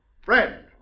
friend